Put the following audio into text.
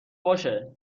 باشه